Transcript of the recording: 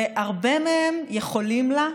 והרבה מהם יכולים לה,